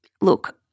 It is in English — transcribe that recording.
look